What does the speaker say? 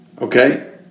okay